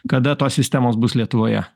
kada tos sistemos bus lietuvoje